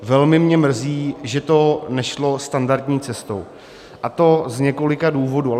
Velmi mě mrzí, že to nešlo standardní cestou, a to z několika důvodů.